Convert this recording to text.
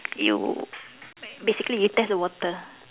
you basically you test the water